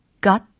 got